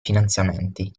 finanziamenti